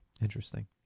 Interesting